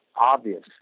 obvious